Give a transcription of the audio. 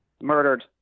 Murdered